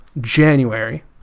January